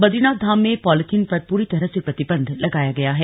बद्रीनाथ धाम में पॉलीथिन पर प्री तरह से प्रतिबंध लगाया गया है